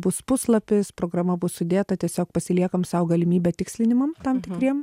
bus puslapis programa bus sudėta tiesiog pasiliekam sau galimybę tikslinimam tam tikriem